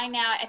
now –